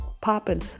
popping